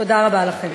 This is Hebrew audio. תודה רבה לכם.